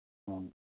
ꯎꯝ